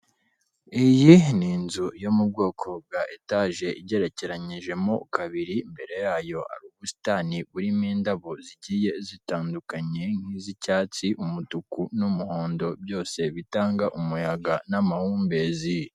Iyi ni inzu yo mu bwoko bwa etaje igerekeranyijemo kabiri, mbere yayo hari ubusitani buririmo indabo zigiye zitandukanye, nk'iz'icyatsi, umutuku, n'umuhondo, byose bitanga umuyaga n'amahumbezi.